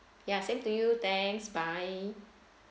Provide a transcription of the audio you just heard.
yeah same to you thanks bye